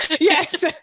Yes